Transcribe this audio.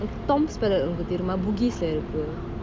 tom's palette உன்னக்கு தெரியுமா:unnaku teriyuma bugis leh இருக்கு:iruku